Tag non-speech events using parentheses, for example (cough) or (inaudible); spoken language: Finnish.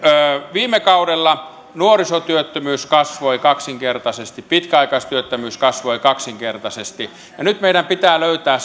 viime kaudella nuorisotyöttömyys kasvoi kaksinkertaisesti pitkäaikaistyöttömyys kasvoi kaksinkertaisesti ja nyt meidän pitää löytää (unintelligible)